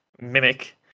Mimic